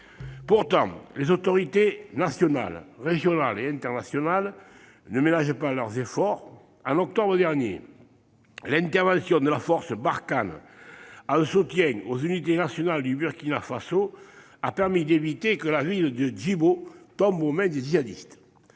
Pourtant, les autorités nationales, régionales et internationales ne ménagent pas leurs efforts. En octobre dernier, l'intervention de la force Barkhane, en soutien aux unités nationales du Burkina Faso, a permis d'éviter que la ville de Djibo tombe aux mains des djihadistes.